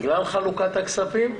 בגלל חלוקת הכספים,